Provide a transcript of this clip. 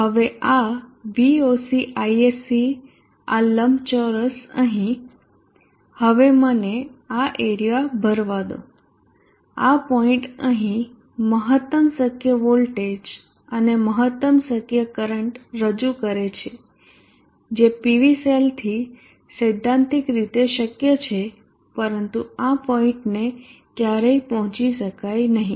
હવે આ Voc Isc આ લંબચોરસ અહીં હવે મને આ એરીયા ભરવા દો આ પોઇન્ટ અહીં મહત્તમ શક્ય વોલ્ટેજ અને મહત્તમ શક્ય કરંટ રજૂ કરે છે જે PV સેલથી સૈદ્ધાંતિક રીતે શક્ય છે પરંતુ આ પોઇન્ટને ક્યારેય પહોંચી શકાય નહીં